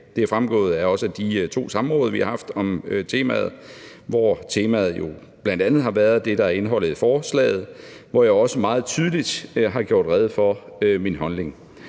Det er også fremgået af de to samråd, vi haft om det, hvor temaet jo bl.a. har været det, der er indholdet i forslaget, hvor jeg også meget tydeligt har gjort rede for min holdning.